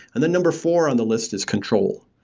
and then number four on the list is control.